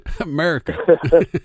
america